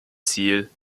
ziel